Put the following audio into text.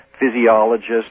physiologists